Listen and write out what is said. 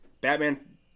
Batman